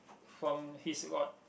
from his got